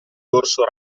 dorso